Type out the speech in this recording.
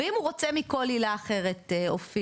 ואם הוא רוצה מכל עילה אחרת אופיר?